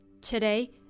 Today